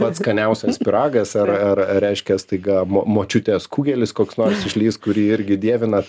pats skaniausias pyragas ar ar reiškia staiga močiutės kugelis koks nors išlįs kurį irgi dievinat